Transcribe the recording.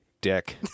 dick